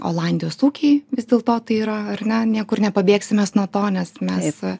olandijos ūkiai vis dėl to tai yra ar ne niekur nepabėgsim mes nuo to nes mes